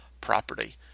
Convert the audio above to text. property